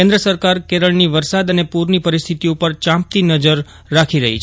કેન્દ્ર સરકાર કેરળની વરસાદ અને પૂરની પરિસ્થિતિ ઉપર ચાંપતી નજર રાખી રહી છે